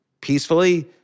peacefully